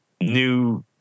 new